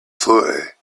floor